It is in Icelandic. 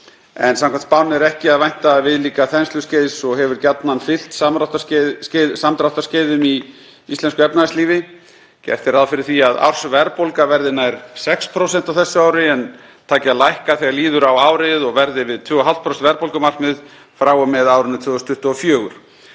en samkvæmt spánni er ekki að vænta viðlíka þensluskeiðs og hefur gjarnan fylgt samdráttarskeiðum í íslensku efnahagslífi. Gert er ráð fyrir því að ársverðbólga verði nær 6% á þessu ári en taki að lækka þegar líður á árið og verði við 2,5% verðbólgumarkmiðið frá og með árinu 2024.